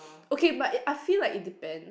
okay but it I feel like it depend